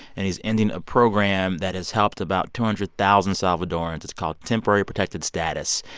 and he's ending a program that has helped about two hundred thousand salvadorans. it's called temporary protected status.